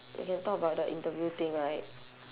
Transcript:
we can talk about the interview thing right